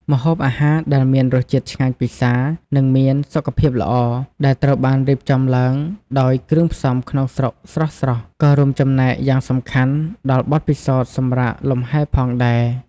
ម្ហូបអាហារដែលមានរសជាតិឆ្ងាញ់ពិសា និងមានសុខភាពល្អ ដែលត្រូវបានរៀបចំឡើងដោយគ្រឿងផ្សំក្នុងស្រុកស្រស់ៗ ក៏រួមចំណែកយ៉ាងសំខាន់ដល់បទពិសោធន៍សម្រាកលំហែផងដែរ។